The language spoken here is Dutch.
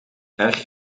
erg